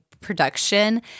production